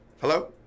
Hello